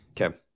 Okay